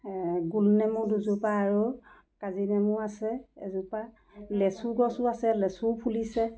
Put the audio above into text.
গোল নেমু দুজোপা আৰু কাজি নেমু আছে এজোপা লেচু গছো আছে লেচুও ফুলিছে